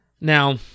Now